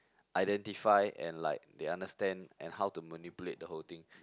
identify and like they understand and how to manipulate the whole thing